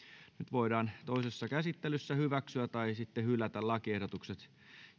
voidaan toisessa käsittelyssä hyväksyä tai hylätä lakiehdotukset